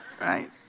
right